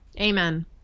amen